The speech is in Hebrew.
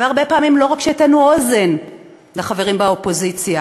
והרבה פעמים לא רק שהטינו אוזן לחברים באופוזיציה,